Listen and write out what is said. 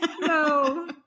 no